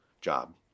job